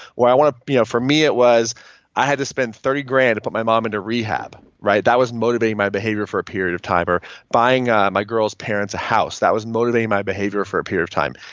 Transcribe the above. or i want to, you know for me it was i had to spend thirty grand and put my mom into rehab. that was motivating my behavior for a period of time. or buying ah my girl's parents a house. that was motivating my behavior for a period of time.